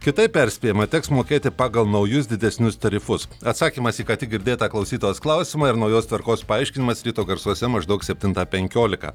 kitaip perspėjama teks mokėti pagal naujus didesnius tarifus atsakymas į ką tik girdėtą klausytojos klausimą ir naujos tvarkos paaiškinimas ryto garsuose maždaug septintą penkiolika